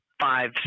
Five